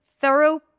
thorough